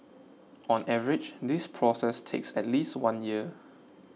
on average this process takes at least one year